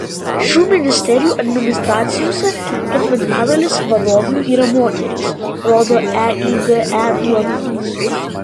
šių ministerijų administracijose ketvirtadalis vadovių yra moterys rodo eige duomenys